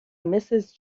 mrs